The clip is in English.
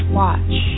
watch